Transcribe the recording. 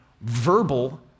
verbal